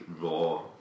raw